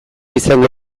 izango